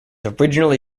originally